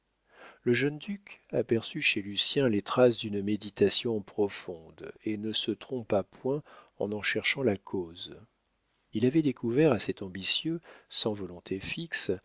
le jeune duc aperçut chez lucien les traces d'une méditation profonde et ne se trompa point en en cherchant la cause il avait découvert à cet ambitieux sans volonté fixe